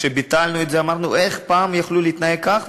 כשביטלנו את זה אמרנו: איך יכלו פעם להתנהג כך?